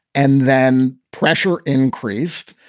and then pressure increased.